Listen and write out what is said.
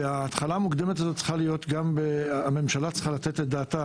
ולגבי ההתחלה המוקדמת הזאת הממשלה צריכה לתת את דעתה,